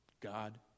God